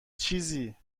چیزی